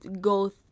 go